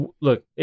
Look